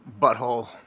Butthole